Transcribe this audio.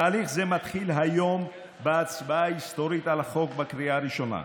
תהליך זה מתחיל היום בהצבעה ההיסטורית על החוק בקריאה הראשונה.